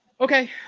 Okay